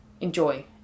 enjoy